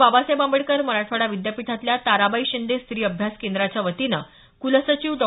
बाबासाहेब आंबेडकर मराठवाडा विद्यापीठातल्या ताराबाई शिंदे स्त्री अभ्यास केंद्राच्या वतीनं कुलसचिव डॉ